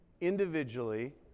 individually